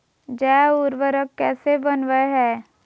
जैव उर्वरक कैसे वनवय हैय?